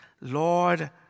Lord